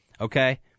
okay